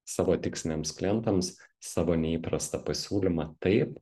savo tiksliniams klientams savo neįprastą pasiūlymą taip